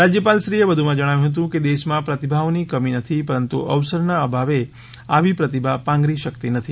રાજ્યપાલશ્રીએ વધુમાં જણાવ્યું હતું કે દેશમાં પ્રતિભાઓની કમી નથી પરંતુ અવસરના અભાવે આવી પ્રતિભા પાંગરી શકતી નથી